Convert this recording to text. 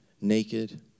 naked